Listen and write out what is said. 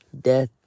death